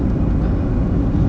tak tak